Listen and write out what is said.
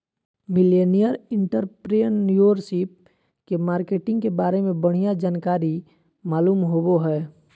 millennial entrepreneurship के marketing के बारे में बढ़िया जानकारी मालूम होबो हय